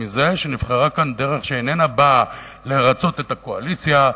מזה שנבחרה כאן דרך שאיננה באה לרצות את הקואליציה,